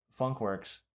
Funkworks